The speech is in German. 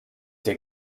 dir